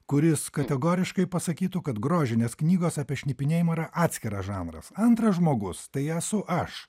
kuris kategoriškai pasakytų kad grožinės knygos apie šnipinėjimą yra atskiras žanras antras žmogus tai esu aš